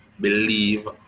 believe